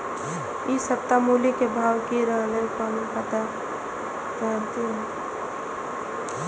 इ सप्ताह मूली के भाव की रहले कोना पता चलते?